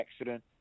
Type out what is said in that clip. accident